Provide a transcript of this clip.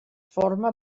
forma